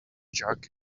jug